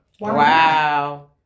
Wow